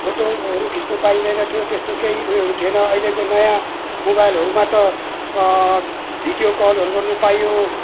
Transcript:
फोटोहरू खिच्नु पाइँदैन थियो त्यस्तो केही उयोहरू थिएन अहिलेको नयाँ मोबाइलहरूमा त अब भिडियो कलहरू गर्नपाइयो